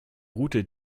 route